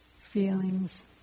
feelings